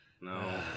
No